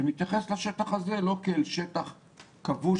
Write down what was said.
שמתייחס לשטח הזה לא כאל שטח כבוש,